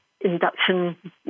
induction